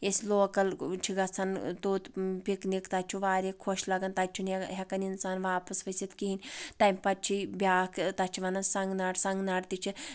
أسۍ لوکل چھِ گژھان توت پِکنِک تَتہِ چھُ واریاہ خۄش لگان تَتہِ چھُنہٕ ہؠکان اِنسان واپس وسِتھ کِہیٖنۍ تَمہِ پتہٕ چھِی بیاکھ تَتھ چھِ وَنان سنٛگنڈ سنٛگنڈ تہِ چھِ